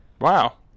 wow